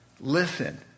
listen